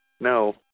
No